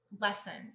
lessons